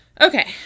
Okay